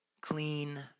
Clean